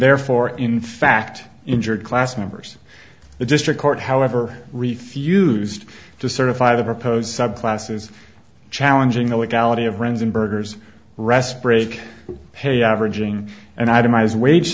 therefore in fact injured class members the district court however refused to certify the proposed subclasses challenging the legality of ren's in burgers rest break pay averaging an itemized wage